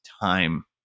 time